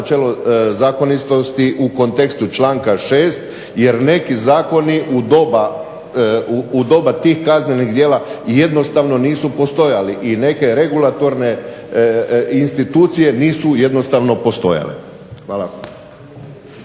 načelo zakonitosti u kontekstu članka 6., jer neki zakoni u doba tih kaznenih djela jednostavno nisu postojali i neke regulatorne institucije nisu jednostavno postojale. Hvala.